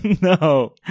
no